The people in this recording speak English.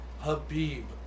Habib